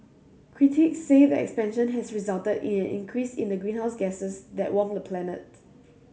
critics say the expansion has resulted in an increase in the greenhouse gases that warm the planet